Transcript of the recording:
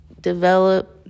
develop